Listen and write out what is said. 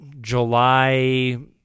July –